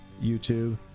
YouTube